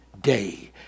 day